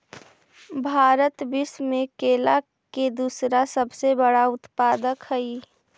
भारत विश्व में केला के दूसरा सबसे बड़ा उत्पादक हई